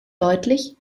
deutlich